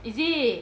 is it